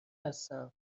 هستم